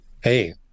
hey